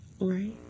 right